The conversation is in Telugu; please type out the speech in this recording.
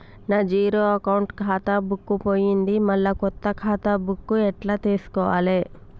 నా జీరో అకౌంట్ ఖాతా బుక్కు పోయింది మళ్ళా కొత్త ఖాతా బుక్కు ఎట్ల తీసుకోవాలే?